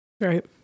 Right